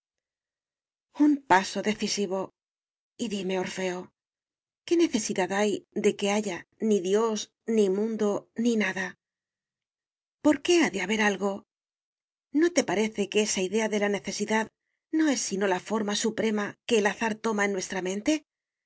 un paso decisivo y dime orfeo qué necesidad hay de que haya ni dios ni mundo ni nada por qué ha de haber algo no te parece que esa idea de la necesidad no es sino la forma suprema que el azar toma en nuestra mente